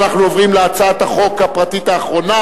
אנחנו עוברים להצעת החוק הפרטית האחרונה